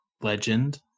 legend